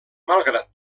malgrat